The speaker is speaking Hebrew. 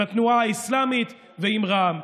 עם התנועה האסלאמית ועם רע"מ.